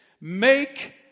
make